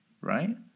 right